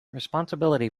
responsibility